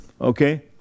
okay